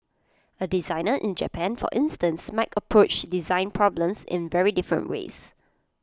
A designer in Japan for instance might approach design problems in very different ways